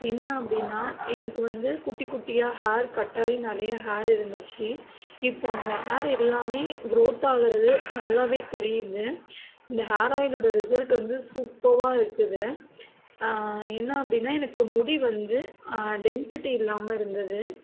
என்ன அப்படின்னா எனக்கு வந்து குட்டி குட்டியாக ஹேர் கட் ஆகி நிறைய ஹேர் இருந்துச்சு இப்போது அந்த ஹேர் எல்லாம் குரோத் ஆகிறது நல்லா தெரியுது இந்த ஹேராயிலோட ரிசல்ட் வந்து சூப்பர்பா இருக்குது என்ன அப்படின்னா எனக்கு முடி வந்து டென்சிட்டி இல்லாமல் இருந்தது